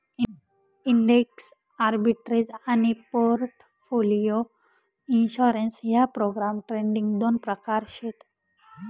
index arbitrage आनी portfolio insurance ह्या program trading दोन प्रकार शेत